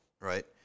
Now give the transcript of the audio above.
right